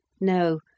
No